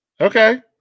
Okay